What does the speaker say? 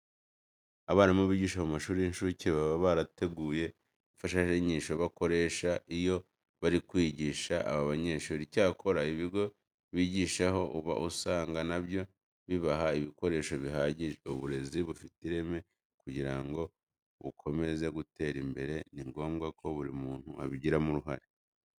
Abarimu bigisha mu mashuri y'incuke baba barateguye imfashanyigisho bakoresha iyo bari kwigisha aba banyeshuri. Icyakora ibigo bigishaho uba usanga na byo bibaha ibikoresho bihagije. Uburezi bufite ireme kugira ngo bukomeze gutera imbere ni ngombwa ko buri muntu abigiramo uruhare.